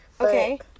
Okay